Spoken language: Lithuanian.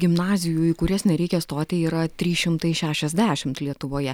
gimnazijų į kurias nereikia stoti yra trys šimtai šešiasdešimt lietuvoje